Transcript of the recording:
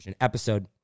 episode